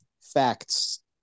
facts